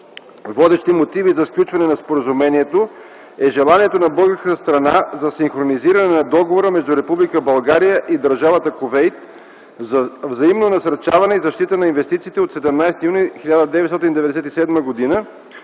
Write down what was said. Водещи мотиви за сключване на споразумението е желанието на българската страна за синхронизиране на Договора между Република България и Държавата Кувейт за взаимно насърчаване и защита на инвестициите от 17 юни 1997 г.